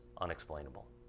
unexplainable